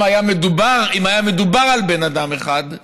גם אם היה מדובר על בן אדם אחד,